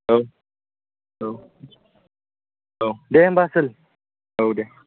औ औ औ दे होनबा आसोल औ दे